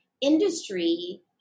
industry